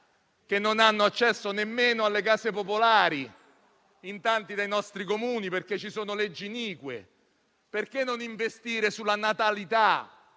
che non hanno accesso nemmeno alle case popolari in tanti dei nostri Comuni a causa di leggi inique. Perché non investire sulla natalità?